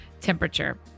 temperature